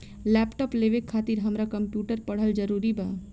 Laptop लेवे खातिर हमरा कम्प्युटर पढ़ल जरूरी बा?